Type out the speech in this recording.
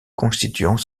constituants